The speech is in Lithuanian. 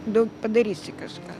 daug padarysi kažką